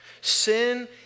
Sin